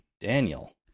Daniel